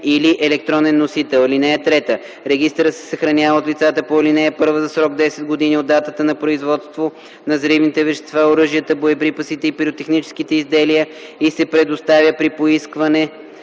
или електронен носител. (3) Регистърът се съхранява от лицата по ал. 1 за срок 10 години от датата на производство на взривните вещества, оръжията, боеприпасите и пиротехническите изделия и се предоставя при поискване